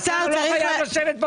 השר לא יכול לשבת בכל הישיבה.